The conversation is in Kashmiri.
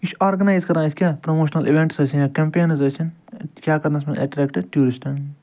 یہِ چھُ آرگٕنایز کَران اَسہِ کیٛاہ پرٛموشنل اِوینٹٕس ٲسِنۍ یا کمپُنینٕز ٲسِن کیٛاہ کَرنس منٛز ایٹرٮ۪کٹہٕ ٹیٛوٗرسٹن